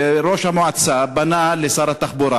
וראש המועצה פנה לשר התחבורה